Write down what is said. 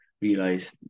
realize